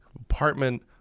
apartment